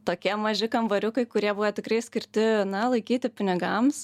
tokie maži kambariukai kurie buvę tikrai skirti na laikyti pinigams